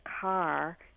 car